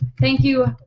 thank you.